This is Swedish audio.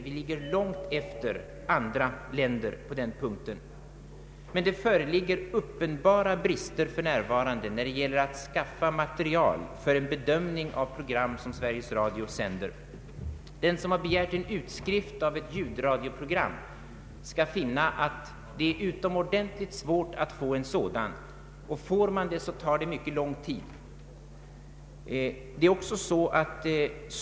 Vi ligger långt efter andra länder på den punkten. Men det föreligger också uppenbara brister för närvarande när det gäller att skaffa material för en bedömning av program som Sveriges Radio sänder. Den som någon gång begärt en utskrift av ett ljudradioprogram vet att det är utomordentligt svårt och tar mycket lång tid att få en sådan.